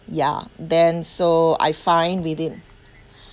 ya then so I fine with it